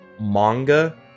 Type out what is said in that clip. manga